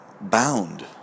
Bound